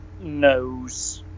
knows